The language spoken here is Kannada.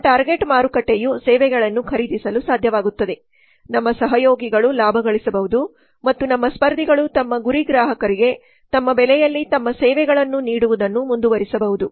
ನಮ್ಮ ಟಾರ್ಗೆಟ್ ಮಾರುಕಟ್ಟೆಯು ಸೇವೆಗಳನ್ನು ಖರೀದಿಸಲು ಸಾಧ್ಯವಾಗುತ್ತದೆ ನಮ್ಮ ಸಹಯೋಗಿಗಳು ಲಾಭ ಗಳಿಸಬಹುದು ಮತ್ತು ನಮ್ಮ ಸ್ಪರ್ಧಿಗಳು ತಮ್ಮ ಗುರಿ ಗ್ರಾಹಕರಿಗೆ ತಮ್ಮ ಬೆಲೆಯಲ್ಲಿ ತಮ್ಮ ಸೇವೆಗಳನ್ನು ನೀಡುವುದನ್ನು ಮುಂದುವರಿಸಬಹುದು